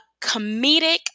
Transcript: comedic